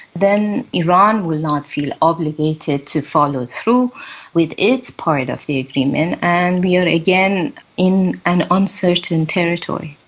then iran will not feel obligated to follow through with its part of the agreement and we are again in an uncertain territory.